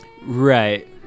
Right